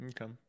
okay